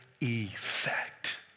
effect